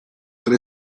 tre